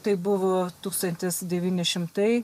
tai buvo tūkstantis devyni šimtai